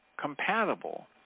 compatible